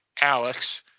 Alex